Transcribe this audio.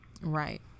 Right